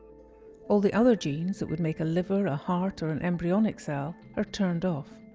all the other genes that would make a liver, a heart or an embryonic cell are turned off.